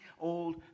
old